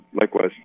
Likewise